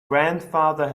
grandfather